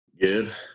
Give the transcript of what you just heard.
good